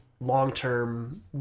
long-term